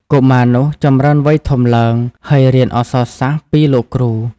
កុមារនោះចម្រើនវ័យធំឡើង ហើយរៀនអក្សរសាស្ត្រពីលោកគ្រូ ។